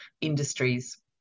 industries